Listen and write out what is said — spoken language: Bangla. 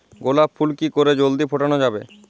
গোলাপ ফুল কি করে জলদি ফোটানো যাবে?